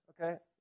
Okay